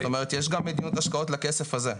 זאת אומרת, יש גם מדיניות השקעות לכסף הזה.